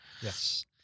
Yes